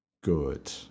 Good